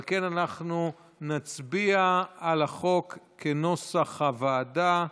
על כן אנחנו נצביע על הצעת החוק כנוסח הוועדה.